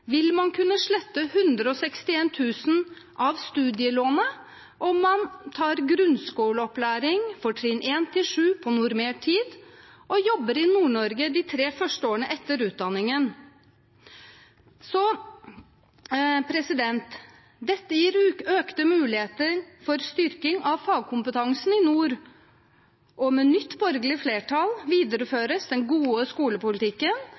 vil man kunne slette 161 000 kr av studielånet om man tar grunnskoleopplæring for trinn 1–7 på normert tid og jobber i Nord-Norge de tre første årene etter utdanningen. Dette gir økte muligheter for styrking av fagkompetansen i nord, og med nytt borgerlig flertall videreføres den gode skolepolitikken